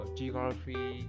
geography